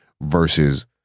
versus